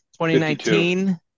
2019